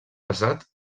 pesat